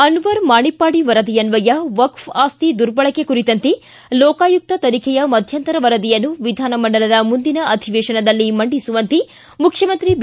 ಅನ್ವರ್ ಮಾಣಿಪ್ಪಾಡಿ ವರದಿಯನ್ವಯ ವಕ್ಷ್ ಆಸ್ತಿ ದುರ್ಬಳಕೆ ಕುರಿತಂತೆ ಲೋಕಾಯುಕ್ತ ತನಿಖೆಯ ಮಧ್ಯಂತರ ವರದಿಯನ್ನು ವಿಧಾನಮಂಡಲದ ಮುಂದಿನ ಅಧಿವೇತನದಲ್ಲಿ ಮಂಡಿಸುವಂತೆ ಮುಖ್ಚಮಂತ್ರಿ ಬಿ